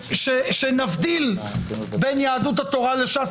רגע שנבדיל בין יהדות התורה לש"ס,